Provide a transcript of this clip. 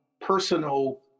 personal